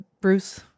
Bruce